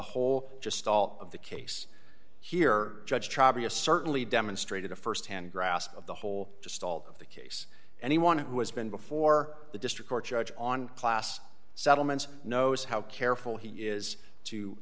whole just salt of the case here judge certainly demonstrated a st hand grasp of the whole stall of the case anyone who has been before the district court judge on class settlements knows how careful he is to